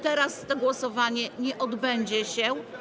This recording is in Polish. Teraz to głosowanie nie odbędzie się.